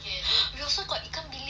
we also got ikan bilis